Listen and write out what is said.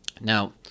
now